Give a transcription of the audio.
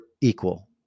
equal